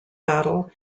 battle